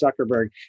Zuckerberg